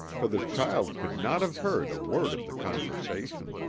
for the child could not have heard a word of the conversation.